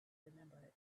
remember